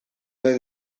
nahi